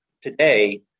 today